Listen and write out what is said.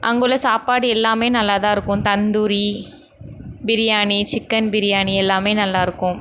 அங்குள்ள சாப்பாடு எல்லாமே நல்லா தான் இருக்கும் தந்தூரி பிரியாணி சிக்கன் பிரியாணி எல்லாமே நல்லாயிருக்கும்